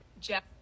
Jeff